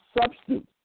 substance